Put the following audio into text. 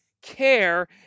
Care